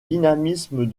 dynamisme